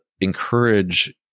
encourage